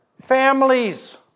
families